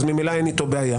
אז ממילא אין איתו בעיה.